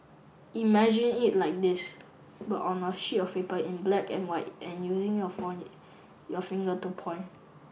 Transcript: imagine it like this but on a sheet of paper in black and white and using your your finger to point